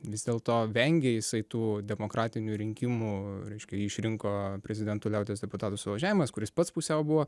vis dėlto vengė jisai tų demokratinių rinkimų reiškia jį išrinko prezidentu liaudies deputatų suvažiavimas kuris pats pusiau buvo